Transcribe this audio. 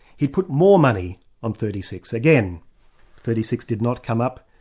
he put more money on thirty six, again thirty six did not come up.